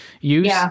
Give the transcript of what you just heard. use